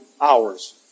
hours